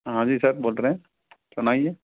हाँ जी सर बोल तो रहें सुनाइए